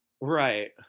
Right